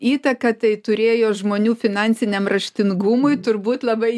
įtaką tai turėjo žmonių finansiniam raštingumui turbūt labai